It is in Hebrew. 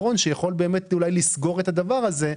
שיכולים לסגור את הדבר הזה,